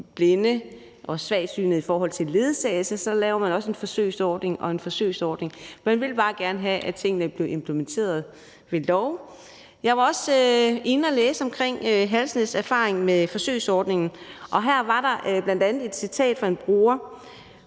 blinde og svagsynede i forbindelse med ledsagelse – så laver man også forsøgsordning på forsøgsordning. Man vil bare gerne have, at tingene blev implementeret ved lov. Jeg var også inde at læse om erfaringen med forsøgsordningen fra Halsnæs, og her var der bl.a. et citat fra en bruger,